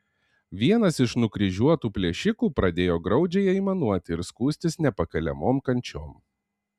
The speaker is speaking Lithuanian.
vienas iš nukryžiuotų plėšikų pradėjo graudžiai aimanuoti ir skųstis nepakeliamom kančiom